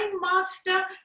master